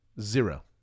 zero